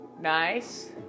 Nice